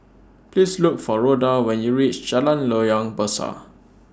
Please Look For Rhoda when YOU REACH Jalan Loyang Besar